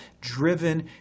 driven